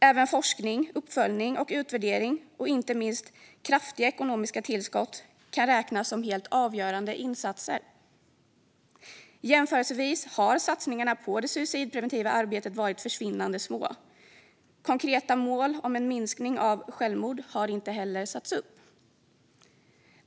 Även forskning, uppföljning och utvärdering och inte minst kraftiga ekonomiska tillskott kan räknas som helt avgörande insatser. I jämförelse har satsningarna på det suicidpreventiva arbetet varit försvinnande små. Konkreta mål för en minskning av antalet självmord har inte heller satts upp.